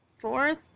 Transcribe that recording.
fourth